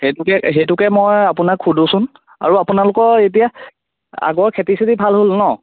সেইটোকে সেইটোকে মই আপোনাক সুধোঁচোন আৰু আপোনালোকৰ এতিয়া আগৰ খেতি চেতি ভাল হ'ল ন'